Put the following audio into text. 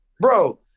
Bro